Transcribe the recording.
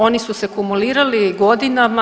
Oni su se kumulirali godinama.